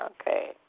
Okay